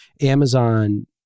Amazon